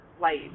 light